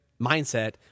mindset